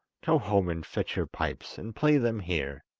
go home and fetch your pipes, and play them here,